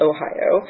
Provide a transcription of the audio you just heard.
Ohio